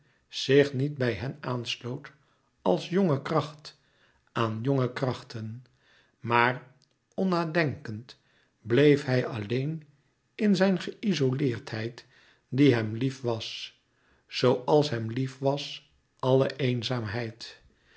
zich niet bij hen aansloot als jonge kracht aan jonge krachten maar onnadenkend bleef hij alleen in zijn geïzoleerdheid die hem lief was zooals hem lief was alle eenzaamheid